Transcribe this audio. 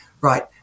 right